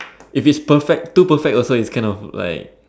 if it's perfect too perfect also is cannot like